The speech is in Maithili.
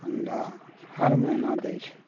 अण्डा हर महीना दै छै